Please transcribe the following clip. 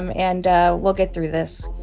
um and we'll get through this.